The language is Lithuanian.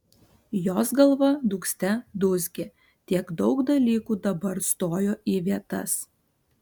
jos galva dūgzte dūzgė tiek daug dalykų dabar stojo į vietas